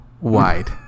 wide